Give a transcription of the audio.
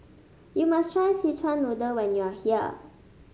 you must try Szechuan Noodle when you are here